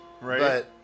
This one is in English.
right